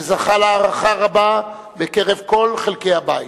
שזכה להערכה רבה בקרב כל חלקי הבית,